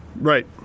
right